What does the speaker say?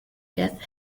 death